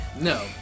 No